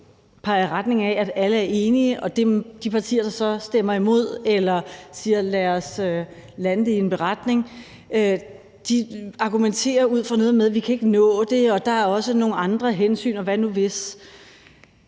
peger i retning af, at alle er enige, at de partier, der så stemmer imod eller siger, lad os lande det i en beretning, argumenterer ud fra noget med, at vi ikke kan nå det, og at der også er nogle andre hensyn, og hvad nu hvis.